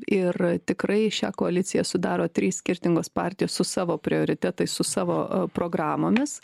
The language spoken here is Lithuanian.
ir tikrai šią koaliciją sudaro trys skirtingos partijos su savo prioritetais su savo programomis